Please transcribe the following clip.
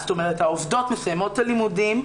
זאת אומרת, העובדות מסיימות את הלימודים,